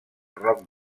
roc